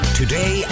today